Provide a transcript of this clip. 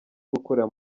gukorera